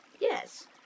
yes